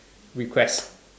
request